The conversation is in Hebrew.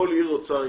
כל עיר רוצה ייצוג,